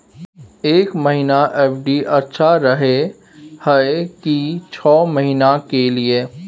एक महीना एफ.डी अच्छा रहय हय की छः महीना के लिए?